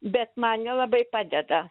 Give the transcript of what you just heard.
bet man nelabai padeda